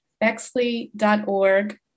Bexley.org